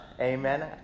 Amen